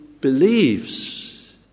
believes